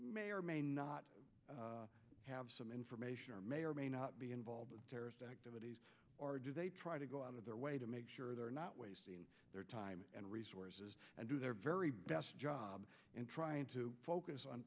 may or may not have some information or may or may not be involved in terrorist activities or do they try to go out of their way to make sure they're not wasting their time and resources and do their very best in trying to focus on